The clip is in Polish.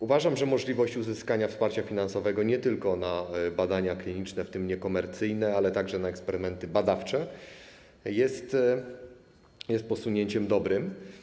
Uważam, że możliwość uzyskania wsparcia finansowego nie tylko na badania kliniczne, w tym niekomercyjne, ale także na eksperymenty badawcze jest posunięciem dobrym.